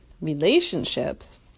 relationships